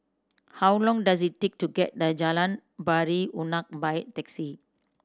how long does it take to get to Jalan Pari Unak by taxi